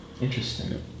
Interesting